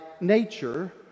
nature